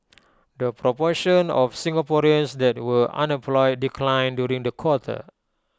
the proportion of Singaporeans that were unemployed declined during the quarter